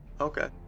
Okay